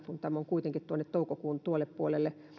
kun on kuitenkin tuonne toukokuun puolelle